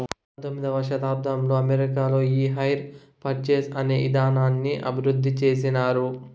పంతొమ్మిదవ శతాబ్దంలో అమెరికాలో ఈ హైర్ పర్చేస్ అనే ఇదానాన్ని అభివృద్ధి చేసినారు